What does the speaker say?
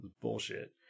Bullshit